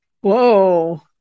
Whoa